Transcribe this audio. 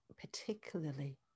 particularly